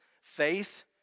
faith